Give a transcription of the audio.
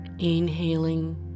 inhaling